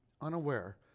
unaware